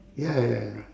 ya ya